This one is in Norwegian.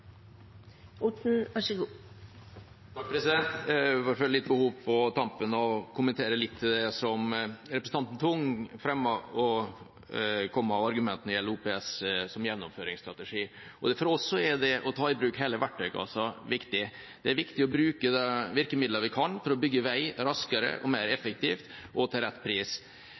Tung fremmet og kom med av argumenter når det gjelder OPS som gjennomføringsstrategi. For oss er det å ta i bruk hele verktøykassa viktig. Det er viktig å bruke de virkemidlene vi kan for å bygge vei raskere, mer effektivt og til rett pris.